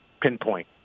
pinpoint